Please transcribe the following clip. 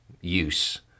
use